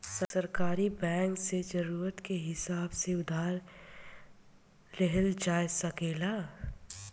सहकारी बैंक से जरूरत के हिसाब से उधार लिहल जा सकेला